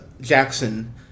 Jackson